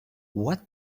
what